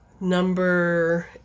Number